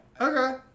Okay